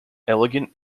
elegant